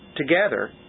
together